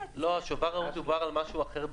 השובר דובר על משהו אחר בכלל.